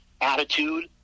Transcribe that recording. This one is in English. attitude